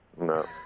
no